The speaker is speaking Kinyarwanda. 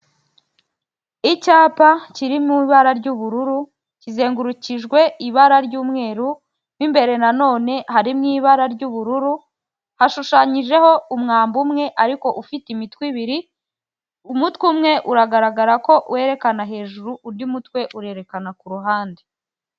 Icyapa kiri mu ibara ry'ubururu kizengurukijwe ibara ry'umweru, mo imbere na none hari mu ibara ry'ubururu, hashushanyijeho umwambi umwe ariko ufite imitwe ibiri umutwe umwe uragaragara ko werekana hejuru undi mutwe urerekana ku ruhande.